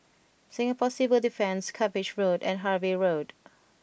Singapore Civil Defence Cuppage Road and Harvey Road